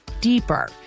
deeper